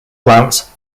plants